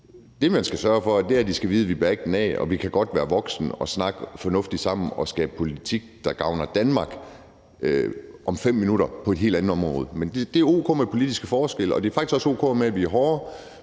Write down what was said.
Det, man skal sørge for, er, at de ved, at vi ikke bærer nag, og at vi 5 minutter senere godt kan være voksne og snakke fornuftigt sammen og skabe politik, der gavner Danmark på et helt andet område. Men det er o.k. med politiske forskelle, og det er faktisk også o.k., at vi er hårde,